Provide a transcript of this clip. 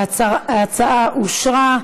ההצעה אושרה,